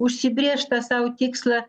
užsibrėžtą sau tikslą